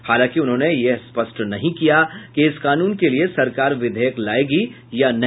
हालांकि उन्होंने यह स्पष्ट नहीं किया कि इस कानून के लिए सरकार विधेयक लायेगी या नहीं